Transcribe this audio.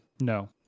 No